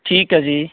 ਠੀਕ ਹੈ ਜੀ